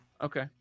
Okay